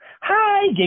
Hi